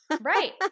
Right